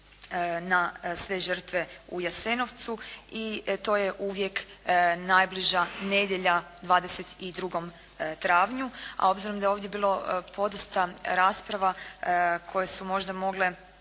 na sve žrtve u Jasenovcu. I to je uvijek najbliža nedjelja 22. travnju. A obzirom da je ovdje bilo podosta rasprava koje su možda mogli